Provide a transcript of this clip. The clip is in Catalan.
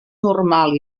normal